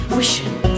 wishing